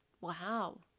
Wow